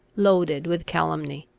loaded with calumny.